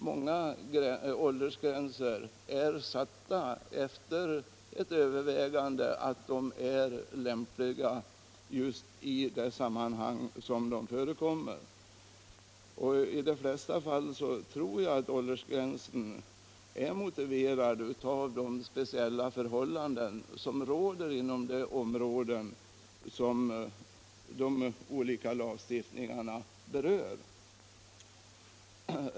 Många åldersgränser är utan tvivel satta efter övervägande om att de skall vara lämpliga just i det sammanhang som de förekommer, och i de flesta fall tror jag att åldersgränserna är motiverade av de speciella förhållanden som råder inom de områden som de olika lagarna berör.